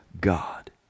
God